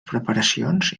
preparacions